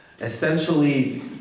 Essentially